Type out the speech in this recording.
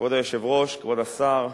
כבוד היושב-ראש, כבוד השר,